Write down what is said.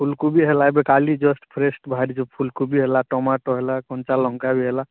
ଫୁଲକୋବି ହେଲା ଏବେ କାଲି ଜଷ୍ଟ୍ ଫ୍ରେସ୍ ବାହାରିଛି ଯେଉଁ ଫୁଲକୋବି ହେଲା ଟୋମାଟୋ ହେଲା କଞ୍ଚାଲଙ୍କା ବି ହେଲା